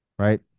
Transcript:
Right